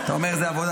אתה אומר, זו עבודה